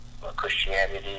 Christianity